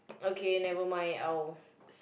okay never mind I will